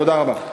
תודה רבה.